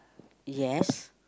yes